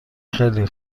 خیلی